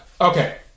Okay